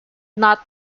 not